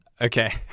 Okay